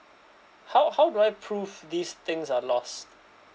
how how do I prove these things are lost